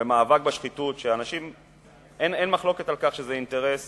במאבק בשחיתות, אין מחלוקת על כך שזה אינטרס